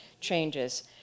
changes